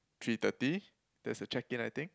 three thirty that's the check in I think